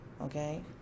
Okay